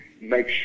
make